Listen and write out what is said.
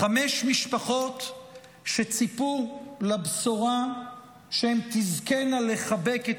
חמש משפחות שציפו לבשורה שהן תזכינה לחבק את